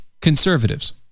conservatives